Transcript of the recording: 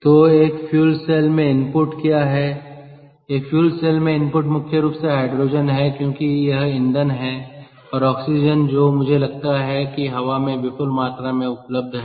तो एक fuel cell में इनपुट क्या है एक फ्यूल सेल में इनपुट मुख्य रूप से हाइड्रोजन है क्योंकि यह ईंधन है और ऑक्सीजन जो मुझे लगता है कि हवा में विपुल मात्रा में उपलब्ध है